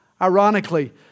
Ironically